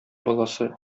баласы